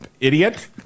idiot